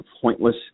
pointless